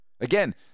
Again